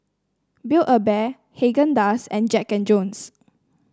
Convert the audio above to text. Build A Bear Haagen Dazs and Jack And Jones